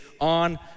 on